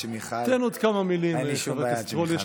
תן עוד כמה מילים, חבר הכנסת רול.